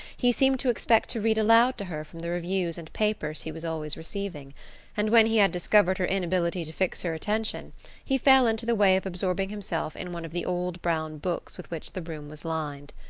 he seemed to expect to read aloud to her from the reviews and papers he was always receiving and when he had discovered her inability to fix her attention he fell into the way of absorbing himself in one of the old brown books with which the room was lined.